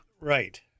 Right